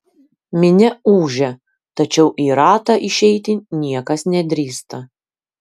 minia ūžia tačiau į ratą išeiti niekas nedrįsta